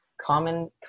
Common